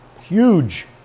huge